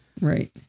right